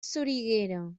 soriguera